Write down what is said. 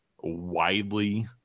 widely